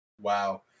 Wow